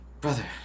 Brother